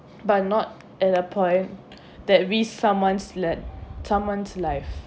but not at a point that we someone sle~ someone's life